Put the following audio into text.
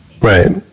Right